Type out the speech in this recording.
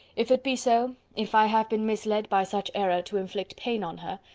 if it be so, if i have been misled by such error to inflict pain on her,